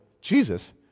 Jesus